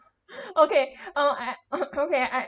okay oh I I o~ okay I I